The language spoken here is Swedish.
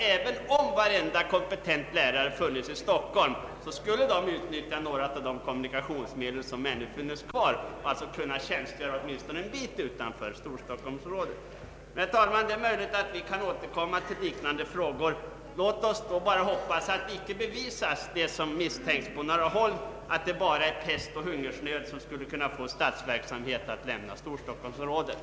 Även om varenda kompetent lärare funnes i Stockholm, skulle de ju med nyttjande av de kommunikationsmedel som ändå funnes kvar kunna tjänstgöra åtminstone en bit utanför Storstockholmsområdet. Herr talman! Det är möjligt att vi kan återkomma till liknande frågor. Låt oss då bara hoppas att det icke bevisas vad som misstänks på några håll, nämligen att bara pest och hungersnöd kan förmå statsverksamhet att lämna Storstockholmsområdet.